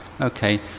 okay